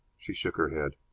she shook her head.